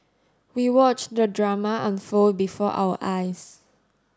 we watched the drama unfold before our eyes